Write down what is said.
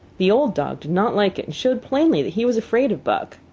the old dog did not like it, and showed plainly that he was afraid of buck.